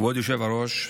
כבוד היושב-ראש,